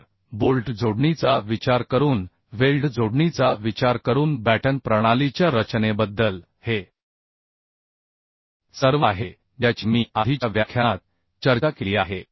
तर बोल्ट जोडणीचा विचार करून वेल्ड जोडणीचा विचार करून बॅटन प्रणालीच्या रचनेबद्दल हे सर्व आहे ज्याची मी आधीच्या व्याख्यानात चर्चा केली आहे